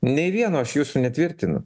nei vieno aš jūsų netvirtinu